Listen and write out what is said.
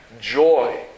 Joy